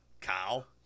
Kyle